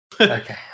Okay